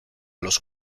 los